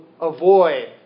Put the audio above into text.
avoid